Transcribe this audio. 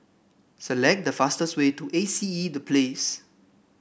select the fastest way to A C E The Place